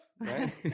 right